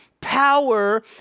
power